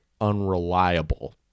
unreliable